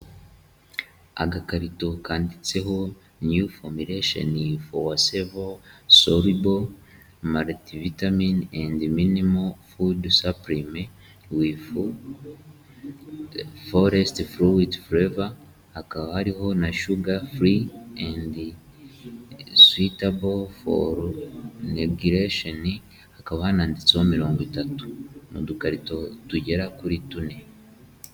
Agakarito kanditseho niyu fomiresheni, fowa sevo ,soribo ,maritivitamini endi minimo fudu sapurimi, wifi foresite furuwiti foreva, hakaba hariho na shuga furi endi switebo foru negiresheni ,hakaba hananditseho mirongo itatu. Ni udukarito tugera kuri tune.